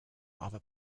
other